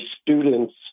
students